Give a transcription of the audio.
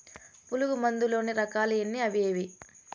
పులుగు మందు లోని రకాల ఎన్ని అవి ఏవి?